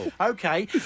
okay